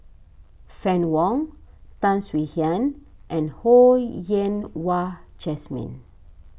Fann Wong Tan Swie Hian and Ho Yen Wah Jesmine